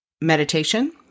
meditation